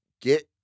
Get